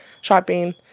shopping